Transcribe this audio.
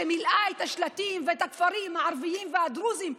שמילאה השלטים את הכפרים הערביים והדרוזיים: